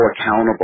accountable